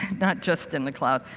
not just in the cloud.